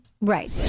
Right